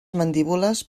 mandíbules